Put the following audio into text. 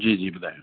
जी जी ॿुधायो